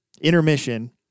intermission